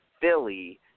Philly